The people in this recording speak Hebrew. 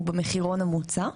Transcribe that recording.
הוא במחירון המוצע.